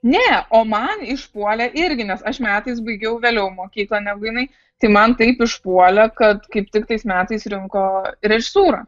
ne o man išpuolė irgi nes aš metais baigiau vėliau mokyklą negu jinai tai man taip išpuolė kad kaip tik tais metais rinko režisūrą